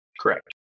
Correct